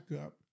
up